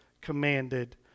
commanded